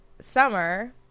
Summer